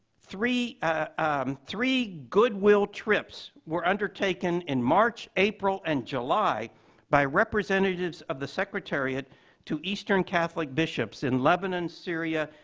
three three goodwill trips were undertaken in march, april, and july by representatives of the secretariat to eastern catholic bishops in lebanon, syria,